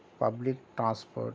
public transport